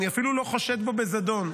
אני אפילו לא חושד בו בזדון,